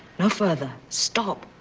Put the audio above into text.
no further. stop.